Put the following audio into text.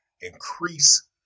increase